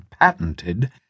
patented